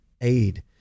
aid